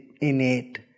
innate